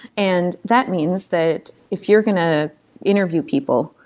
and that means that if you're going to interview people,